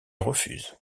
refuse